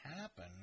happen